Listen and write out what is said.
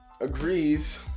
agrees